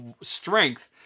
strength